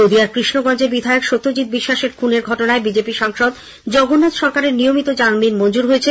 নদীয়ার কৃষ্ণগঞ্জের বিধায়ক সত্যজিত্ বিশ্বাসের খুনের মামলায় বিজেপি সাংসদ জগন্নাথ সরকারের নিয়মিত জামিন মঞ্জুর হয়েছে